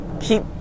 Keep